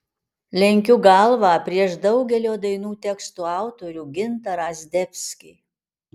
lenkiu galvą prieš daugelio dainų tekstų autorių gintarą zdebskį